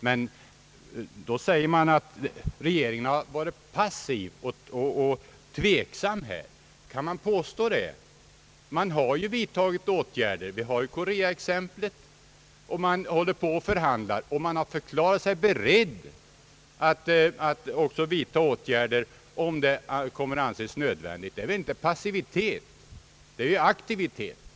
Men man säger att regeringen här har varit passiv och tveksam. Kan man påstå det? Den har ju vidtagit åtgärder — vi har Koreaexemplet — och man håller på och förhandlar. Man har också förklarat sig beredd att vidta åtgärder, om det anses nödvändigt. Det är inte passivitet, det är ju aktivitet!